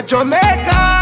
Jamaica